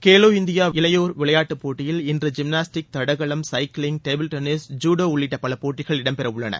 Khelo India இளையோர் விளையாட்டுப் போட்டியில் இன்று ஜிம்னாஸ்டிக் தடகளம் சைக்கிளிங் டேபிள் டென்னிஸ் ஜுடோ உள்ளிட்ட பல போட்டிகள் இடம்பெறவுள்ளன